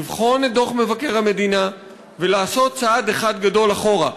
לבחון את דוח מבקר המדינה ולעשות צעד אחד גדול אחורה.